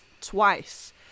twice